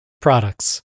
products